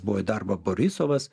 buvo į darbą borisovas